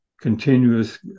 continuous